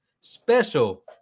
special